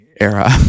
era